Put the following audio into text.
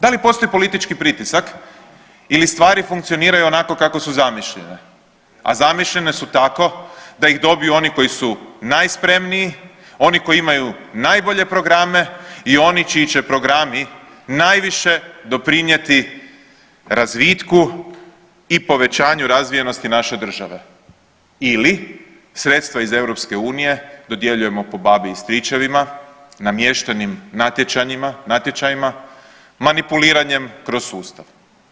Da li postoji politički pritisak ili stvari funkcioniraju onako kako su zamišljene, a zamišljene su tako da ih dobiju oni koji su najspremniji, oni koji imaju najbolje programe i oni čiji će programi najviše doprinijeti razvitku u i povećanju razvijenosti naše države ili sredstava iz EU dodjeljujemo po babi i stričevima, namještenim natječajima, manipuliranjem kroz sustav.